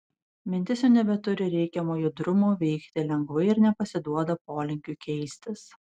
mintis jau nebeturi reikiamo judrumo veikti lengvai ir nepasiduoda polinkiui keistis